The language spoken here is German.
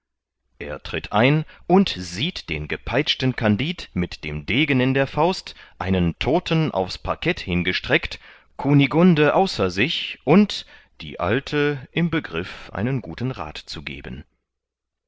er tritt ein und sieht den gepeitschten kandid mit dem degen in der faust einen todten aufs parket hingestreckt kunigunde außer sich und die alte im begriff einen guten rath zu geben